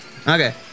Okay